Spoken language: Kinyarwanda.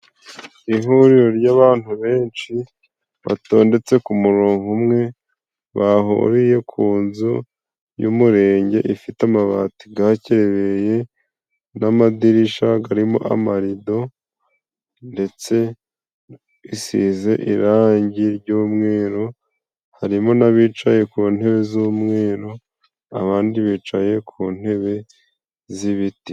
Ihuriro ry'abantu benshi batondetse ku murongo umwe, bahuriye ku nzu y'umurenge, ifite amabati gakebeye n'amadirisha garimo amarido, ndetse isize irangi ry'umweru harimo n'abicaye ku ntebe z'umweru, abandi bicaye ku ntebe z'ibiti.